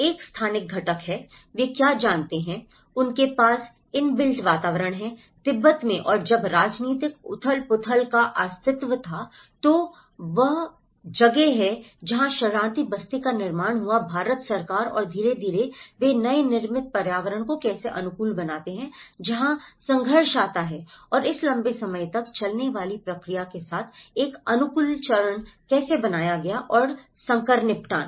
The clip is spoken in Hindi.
एक स्थानिक घटक है वे क्या जानते हैं उनके पास इनबिल्ट वातावरण है तिब्बत में और जब राजनीतिक उथल पुथल का अस्तित्व था तो वह वह जगह है जहाँ शरणार्थी बस्ती का निर्माण हुआ भारत सरकार और धीरे धीरे वे नए निर्मित पर्यावरण को कैसे अनुकूल बनाते हैं जहां संघर्ष आता है और इस लंबे समय तक चलने वाली प्रक्रिया के साथ एक अनुकूलन चरण कैसे बनाया गया और संकर निपटान